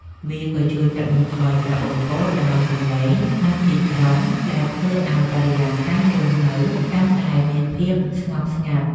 វាក៏ជួយកាត់បន្ថយការបំពុលដោយសំឡេងក្នុងទីក្រុង ដែលធ្វើឱ្យបរិយាកាសរស់នៅកាន់តែមានភាពស្ងប់ស្ងាត់។